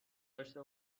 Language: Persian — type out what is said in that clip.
داشته